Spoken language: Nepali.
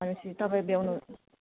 भनेपछि तपाईँ भ्याउनु